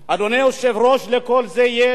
אדוני היושב-ראש, לכל זה יש